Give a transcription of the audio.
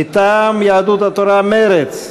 מטעם יהדות התורה ומרצ: